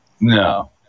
no